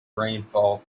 rainfall